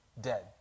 dead